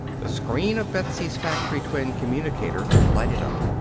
the screen of betsy's factory-twin communicator lighted up.